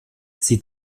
sie